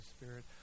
Spirit